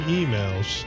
emails